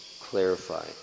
clarify